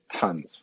tons